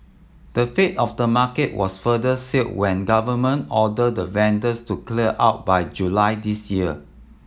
the fate of the market was further sealed when government ordered the vendors to clear out by July this year